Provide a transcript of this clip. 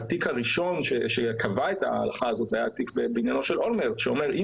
התיק הראשון שקבע את ההלכה הזאת היה תיק בעניינו של אולמרט שאומר ש"אם